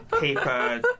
paper